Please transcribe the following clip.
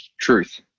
truth